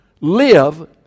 live